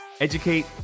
educate